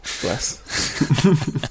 bless